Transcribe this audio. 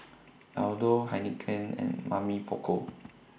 Aldo Heinekein and Mamy Poko